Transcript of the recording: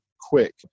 quick